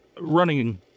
running